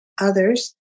others